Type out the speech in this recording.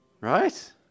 right